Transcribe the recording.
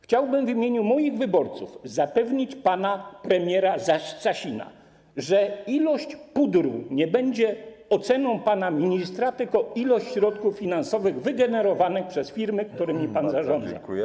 Chciałbym w imieniu moich wyborców zapewnić pana premiera Sasina, że ilość pudru nie będzie oceną pana ministra, tylko ilość środków finansowych wygenerowanych przez firmy, którymi pan zarządza.